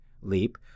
leap